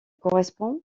correspond